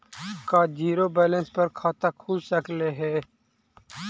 का zero balance पर खाता खुल सकले हे?